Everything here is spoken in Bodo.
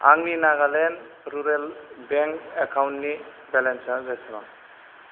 आंनि नागालेन्ड रुरेल बेंक एकाउन्टनि बेलेन्सा बेसेबां